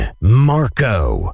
Marco